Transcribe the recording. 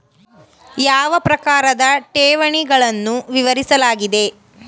ಯಾವ ಪ್ರಕಾರದ ಠೇವಣಿಗಳನ್ನು ವಿವರಿಸಲಾಗಿದೆ?